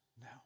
now